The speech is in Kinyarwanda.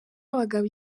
abagabo